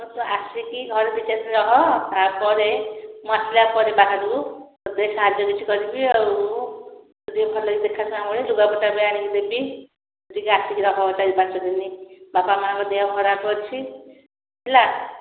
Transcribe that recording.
ତୁ ଆସିକି ଘରେ ଦୁଇ ଚାରି ଦିନି ରହ ତାପରେ ମୁଁ ଆସିଲା ପରେ ବାହାରୁ ତତେ ସାହାଯ୍ୟ କିଛି କରିବି ଆଉ ତୁ ଟିକେ ଭଲକି ଦେଖା ଶୁଣା କର ଲୁଗାପଟା ବି ଆଣିକି ଦେବି ତୁ ଟିକେ ଆସିକି ରହ ଚାରି ପାଞ୍ଚ ଦିନ ବାପା ମାଆଙ୍କ ଦେହ ଖରାପ ଅଛି ହେଲା